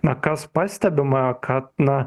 na kas pastebima kad na